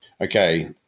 okay